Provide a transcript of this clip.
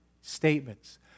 statements